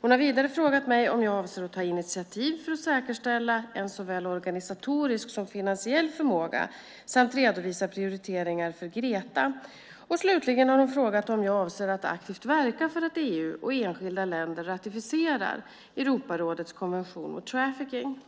Hon har vidare frågat mig om jag avser att ta initiativ för att säkerställa en såväl organisatorisk som finansiell förmåga samt redovisa prioriteringar för GRETA. Slutligen har hon frågat om jag avser att aktivt verka för att EU och enskilda länder ratificerar Europarådets konvention mot trafficking.